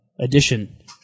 addition